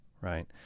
right